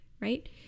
right